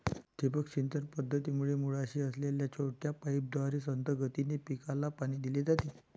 ठिबक सिंचन पद्धतीमध्ये मुळाशी असलेल्या छोट्या पाईपद्वारे संथ गतीने पिकाला पाणी दिले जाते